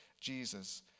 Jesus